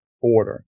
order